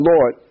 Lord